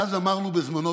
ואז אמרנו בזמנו,